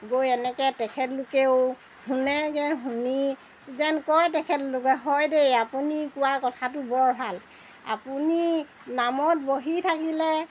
গৈ এনেকৈ তেখেতলোকেও শুনেগৈ শুনি যেন কয় তেখেতলোকে হয় দেই আপুনি কোৱা কথাটো বৰ ভাল আপুনি নামত বহি থাকিলে